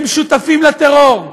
הם שותפים לטרור.